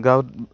গাঁৱত